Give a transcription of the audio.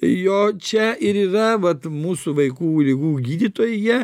jo čia ir yra vat mūsų vaikų ligų gydytojai jie